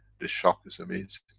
the shock is amazing!